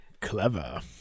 Clever